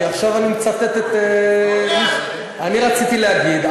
כי עכשיו אני מצטט, אני רציתי להגיד.